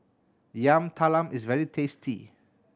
Yam Talam is very tasty